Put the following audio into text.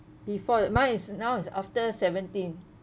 before mine is now is after seventeen